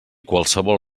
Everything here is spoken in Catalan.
qualsevol